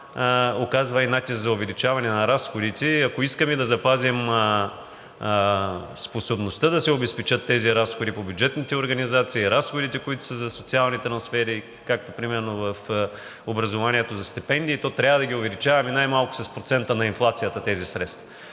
оказва и натиска за увеличаване на разходите и ако искаме да запазим способността да се обезпечат тези разходи по бюджетните организации, разходите за социални трансфери, както примерно в образованието за стипендии, то трябва да ги увеличаваме най-малкото с процента на инфлацията тези средства.